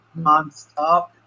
nonstop